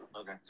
Okay